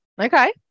Okay